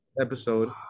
episode